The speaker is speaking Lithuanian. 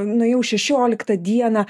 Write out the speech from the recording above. nuėjau šešioliktą dieną